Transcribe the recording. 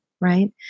Right